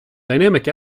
dynamic